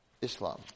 Islam